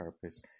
purpose